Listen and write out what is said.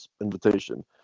invitation